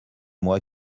moi